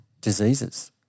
diseases